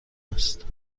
است